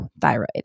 thyroid